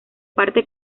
parte